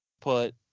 put